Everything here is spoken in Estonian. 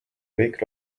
kõik